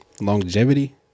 Longevity